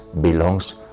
belongs